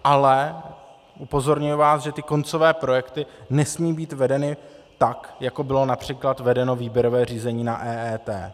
Ale upozorňuji vás, že ty koncové projekty nesmí být vedeny tak, jako bylo například vedeno výběrové řízení na EET.